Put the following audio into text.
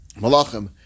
malachim